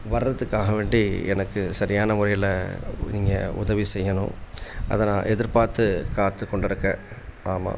வர்றதுக்காக வேண்டி எனக்கு சரியான முறையில் நீங்கள் உதவி செய்யணும் அதை நான் எதிர்பார்த்து காத்துக்கொண்டிருக்கேன் ஆமாம்